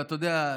ואתה יודע,